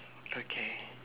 okay